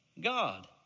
God